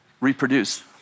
reproduce